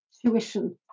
Tuition